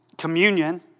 communion